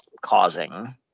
causing